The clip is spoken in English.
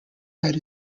that